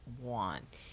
want